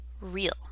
real